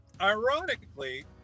Ironically